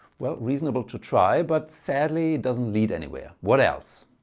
well reasonable to try but sadly it doesn't lead anywhere. what else?